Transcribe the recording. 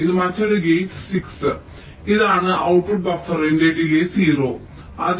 ഇത് മറ്റൊരു ഗേറ്റ് 6 ഇതാണ് ഔട്ട്പുട്ട് ബഫറിന്റെ ഡിലേയ് 0